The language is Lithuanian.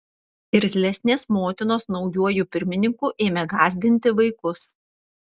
irzlesnės motinos naujuoju pirmininku ėmė gąsdinti vaikus